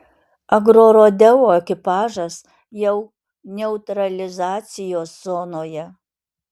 agrorodeo ekipažas jau neutralizacijos zonoje